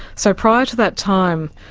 so prior to that time,